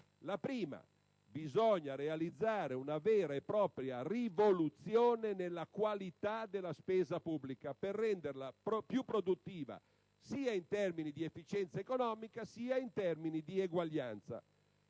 La prima è che bisogna realizzare una vera e propria rivoluzione nella qualità della spesa pubblica per renderla più produttiva sia in termini di efficienza economica, sia in termini di eguaglianza,